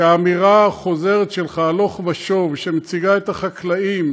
שהאמירה החוזרת שלך הלוך ושוב, שמציגה את החקלאים